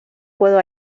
puedo